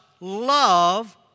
love